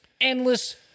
endless